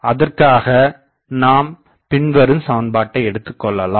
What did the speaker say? அதற்காக நாம் பின்வரும் சமன்பாட்டை எடுத்துக்கொள்ளலாம்